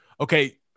Okay